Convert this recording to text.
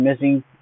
missing